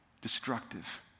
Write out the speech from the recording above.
destructive